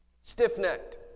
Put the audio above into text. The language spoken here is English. Stiff-necked